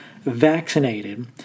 vaccinated